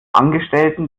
angestellten